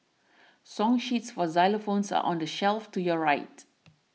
song sheets for xylophones are on the shelf to your right